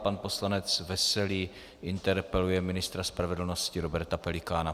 Pan poslanec Veselý interpeluje ministra spravedlnosti Roberta Pelikána.